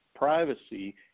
privacy